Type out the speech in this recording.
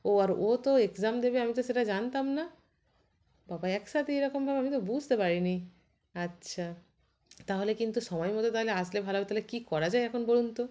ও আর ও তো এক্সাম দেবে আমি তো সেটা জানতাম না বাবা একসাথে এরকম হবে আমি তো বুঝদে পারি নি আচ্ছা তাহলে কিন্তু সময়মতো তাহলে আসলে ভালো হবে তালে কি করা যায় এখন বলুন তো